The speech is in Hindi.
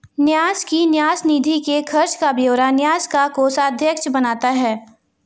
न्यास की न्यास निधि के खर्च का ब्यौरा न्यास का कोषाध्यक्ष बनाता है